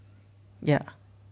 ya